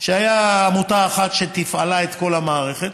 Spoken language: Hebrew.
שהייתה עמותה אחת שתפעלה את כל המערכת,